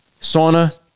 sauna